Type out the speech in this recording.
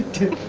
two